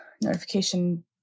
notification